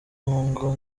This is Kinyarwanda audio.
mpongo